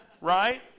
right